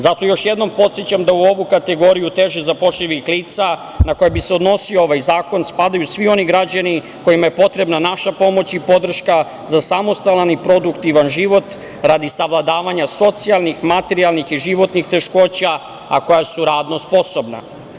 Zato još jednom podsećam da u ovu kategoriju teže zapošljivih lica na koja bi se odnosio ovaj zakon spadaju svi oni građani kojima je potrebna naša pomoć i podrška za samostalan i produktivan život radi savladavanje socijalnih, materijalnih i životnih teškoća, a koja su radno sposobna.